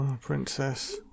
Princess